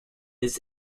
his